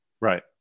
Right